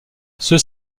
ceux